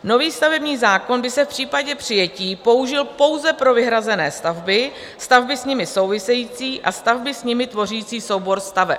Nový stavební zákon by se v případě přijetí použil pouze pro vyhrazené stavby, stavby s nimi související a stavby s nimi tvořící soubor staveb.